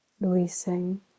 releasing